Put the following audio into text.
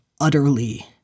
utterly